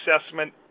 assessment